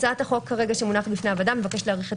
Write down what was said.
הצעת החוק שמונחת כרגע בפני הוועדה מבקשת להאריך את